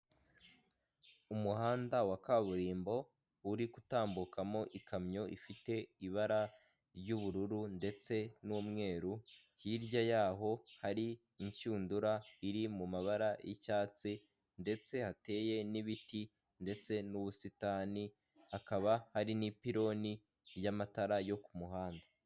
Umuhanda wa kaburimbo uri gutambukamo ikamyo ifite ibara ry'ubururu ndetse n'umweru, hirya y'aho hari inshundura iri mu mabara y'icyatsi, ndetse hateye n'ibiti ndetse n'ubusitani hakaba hari n'ipironi y'amatara yo ku muhanda.